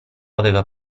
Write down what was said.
aveva